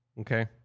okay